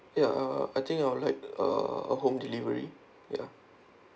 ya uh I think I'd like uh a home delivery ya